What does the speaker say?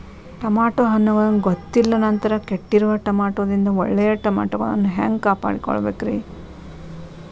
Tomato ಹಣ್ಣುಗಳನ್ನ ಗೊತ್ತಿಲ್ಲ ನಂತರ ಕೆಟ್ಟಿರುವ ಟಮಾಟೊದಿಂದ ಒಳ್ಳೆಯ ಟಮಾಟೊಗಳನ್ನು ಹ್ಯಾಂಗ ಕಾಪಾಡಿಕೊಳ್ಳಬೇಕರೇ?